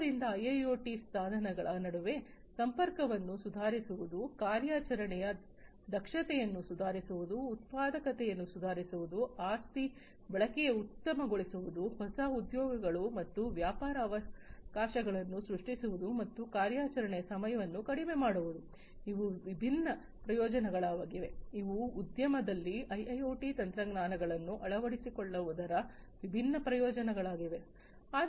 ಆದ್ದರಿಂದ ಐಐಒಟಿ ಸಾಧನಗಳ ನಡುವೆ ಸಂಪರ್ಕವನ್ನು ಸುಧಾರಿಸುವುದು ಕಾರ್ಯಾಚರಣೆಯ ದಕ್ಷತೆಯನ್ನು ಸುಧಾರಿಸುವುದು ಉತ್ಪಾದಕತೆಯನ್ನು ಸುಧಾರಿಸುವುದು ಆಸ್ತಿ ಬಳಕೆಯನ್ನು ಉತ್ತಮಗೊಳಿಸುವುದು ಹೊಸ ಉದ್ಯೋಗಗಳು ಮತ್ತು ವ್ಯಾಪಾರ ಅವಕಾಶಗಳನ್ನು ಸೃಷ್ಟಿಸುವುದು ಮತ್ತು ಕಾರ್ಯಾಚರಣೆಯ ಸಮಯವನ್ನು ಕಡಿಮೆ ಮಾಡುವುದರಿಂದ ಇವು ವಿಭಿನ್ನ ಪ್ರಯೋಜನಗಳಾಗಿವೆ ಇವು ಉದ್ಯಮದಲ್ಲಿ ಐಐಒಟಿ ತಂತ್ರಜ್ಞಾನಗಳನ್ನು ಅಳವಡಿಸಿಕೊಳ್ಳುವುದರ ವಿಭಿನ್ನ ಪ್ರಯೋಜನಗಳಾಗಿವೆ